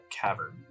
cavern